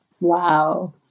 Wow